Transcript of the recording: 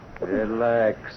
Relax